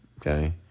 okay